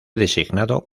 designado